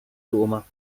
roma